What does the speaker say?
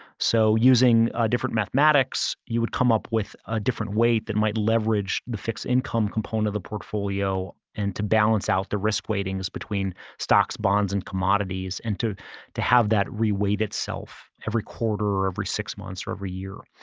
so using a different mathematics, you would come up with a different weight that might leverage the fixed income component of the portfolio and to balance out the risk weightings between stocks, bonds, and commodities and to to have that reweight itself every quarter or every six months or every year.